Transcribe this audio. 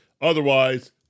Otherwise